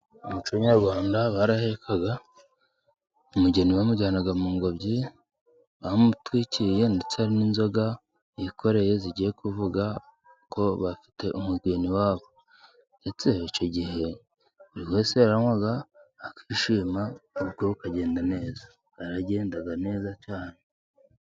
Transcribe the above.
Mu muco nyarwanda barahekaga, umugeni bamujyanaga mu ngobyi bamutwikiriye ndetse n'inzoga yikoreye zigiye kuvuga ko bafite umugeni wabo, ndetse icyo gihe buri wese yaranywaga, akishima, ubukwe bukagenda neza, bwagendaga neza cyane.